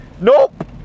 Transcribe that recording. Nope